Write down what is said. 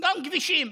גם כבישים.